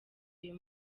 uyu